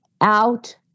out